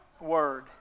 Word